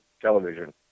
television